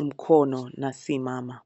mkono na si mama.